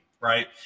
right